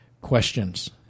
questions